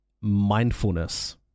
mindfulness